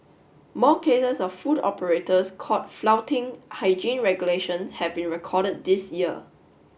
more cases of food operators caught flouting hygiene regulations have been recorded this year